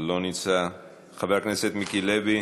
לא נמצא, חבר הכנסת מיקי לוי,